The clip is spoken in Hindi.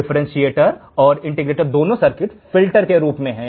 डिफरेंटशिएटर और इंटीग्रेटर दोनों सर्किट फिल्टर के रूप में हैं